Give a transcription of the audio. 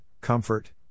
comfort